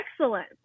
excellent